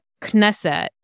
Knesset